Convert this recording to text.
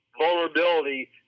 vulnerability